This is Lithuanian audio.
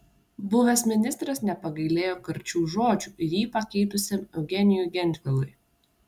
buvęs ministras nepagailėjo karčių žodžių ir jį pakeitusiam eugenijui gentvilui